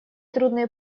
трудные